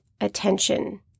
attention